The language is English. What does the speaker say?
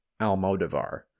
Almodovar